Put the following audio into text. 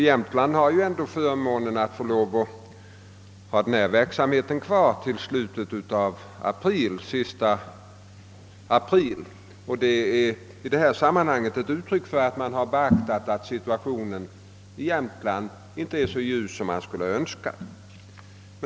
Jämtland har förmånen att få behålla denna verksamhet till och med april månad. Detta är ett uttryck för att man har tagit hänsyn till att situationen i Jämtland inte är så ljus som man skulle önska.